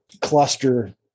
cluster